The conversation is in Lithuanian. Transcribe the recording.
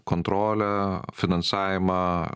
kontrolę finansavimą